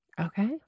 Okay